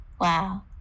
Wow